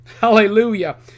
Hallelujah